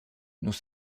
nous